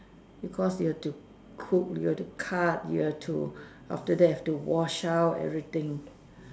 because you have to cook you have to cut you have to after that you have to wash out everything